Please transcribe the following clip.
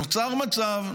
נוצר מצב,